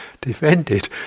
defended